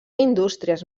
indústries